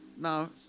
Now